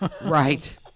right